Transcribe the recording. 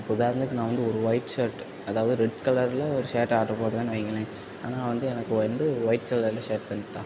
இப்போ வேறு இதுக்கு நான் வந்து ஒரு ஒயிட் ஷர்ட் அதாவது ரெட் கலரில் ஒரு ஷர்ட் ஆட்ரு போடறேன்னு வைங்களேன் ஆனால் வந்து எனக்கு வந்து ஒயிட் கலரில் ஷர்ட் தந்துவிட்டான்